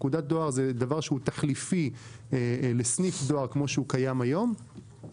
נקודת דואר היא דבר שהוא תחליפי לסניף דואר כמו שהוא קיים היום כאשר